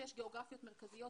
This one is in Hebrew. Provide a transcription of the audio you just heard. בשש גיאוגרפיות מרכזיות,